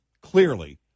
clearly